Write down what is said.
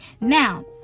now